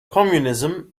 communism